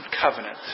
covenant